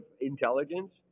intelligence